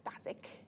static